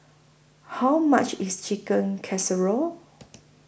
How much IS Chicken Casserole